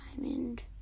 diamond